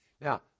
Now